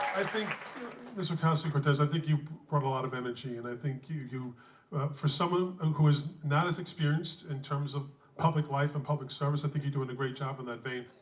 think miss ocasio-cortez, i think you brought a lot of energy, and i think you you for someone who and who is not as experienced, in terms of public life and public service, i think you're doing a great job in that vein.